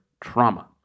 trauma